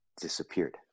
disappeared